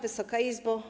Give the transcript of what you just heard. Wysoka Izbo!